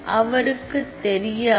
அவருக்கு தெரியாது